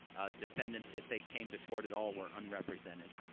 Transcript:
ah, defendants, if they came to court at all, were unrepresented.